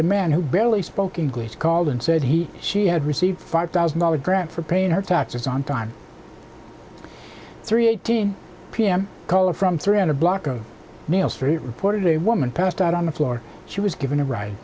a man who barely spoke english called and said he she had received five thousand dollars grant for paying her taxes on time three eighteen p m caller from three hundred block of meal street reported a woman passed out on the floor she was given a ri